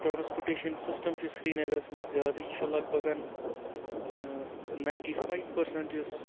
transportation system چھُ سریٖنَگرَس منٛز زیادٕ یہِ چھُ لَگ بَگَن نایِنٹی فایِو پٔرسَنٛٹ یُس